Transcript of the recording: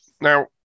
now